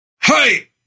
hey